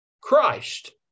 Christ